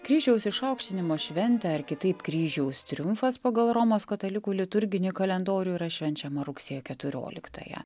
kryžiaus išaukštinimo šventė ar kitaip kryžiaus triumfas pagal romos katalikų liturginį kalendorių yra švenčiama rugsėjo keturioliktąją